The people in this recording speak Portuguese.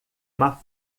uma